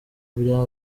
bya